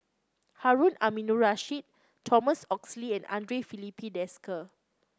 Harun Aminurrashid Thomas Oxley and Andre Filipe Desker